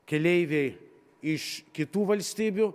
keleiviai iš kitų valstybių